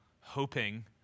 hoping